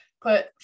put